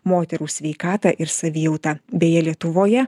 moterų sveikatą ir savijautą beje lietuvoje